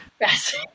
Yes